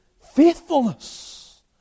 faithfulness